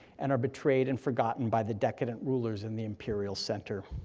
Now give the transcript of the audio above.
and are betrayed and forgotten by the decadent rulers in the imperial center.